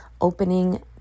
opening